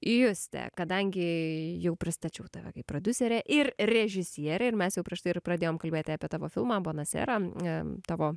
juste kadangi jau pristačiau tave kaip prodiuserę ir režisierę ir mes jau prieš tai ir pradėjom kalbėti apie tavo filmą bona sera tavo